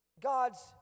God's